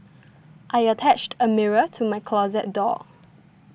I attached a mirror to my closet door